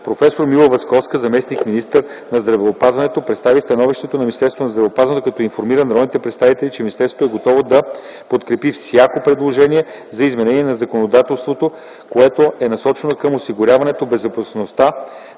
Професор Мила Власковска – заместник-министър на здравеопазването, представи становището на Министерство на здравеопазването и информира народните представители, че министерството е готово да подкрепи всяко предложение за изменение на законодателството, което е насочено към осигуряване безопасността